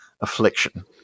affliction